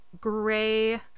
gray